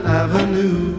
avenue